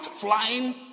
flying